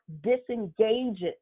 disengages